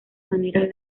maneras